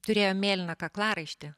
turėjo mėlyną kaklaraištį